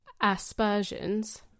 aspersions